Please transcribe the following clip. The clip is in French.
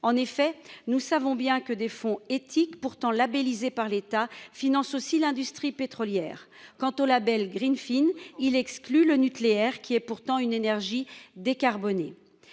épargne. Nous savons en effet que des fonds éthiques, dont certains sont labellisés par l'État, financent aussi l'industrie pétrolière. Quant au label, il exclut le nucléaire, qui est pourtant une énergie décarbonée.